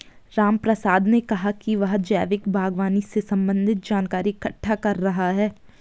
रामप्रसाद ने कहा कि वह जैविक बागवानी से संबंधित जानकारी इकट्ठा कर रहा है